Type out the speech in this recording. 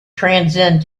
transcend